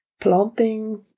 planting